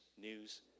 news